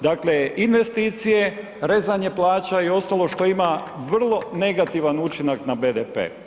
Dakle, investicije, rezanje plaća i ostalo što ima vrlo negativan učinak na BDP.